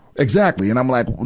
exactly. and i'm like,